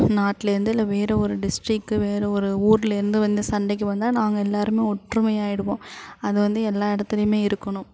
நாட்டிலேருந்து இல்லை வேறு ஒரு டிஸ்ட்ரிக் வேறு ஒரு ஊரிலேருந்து வந்து சண்டைக்கு வந்தால் நாங்கள் எல்லோருமே ஒற்றுமையாக ஆகிடுவோம் அது வந்து எல்லா இடத்துலையுமே இருக்கணும்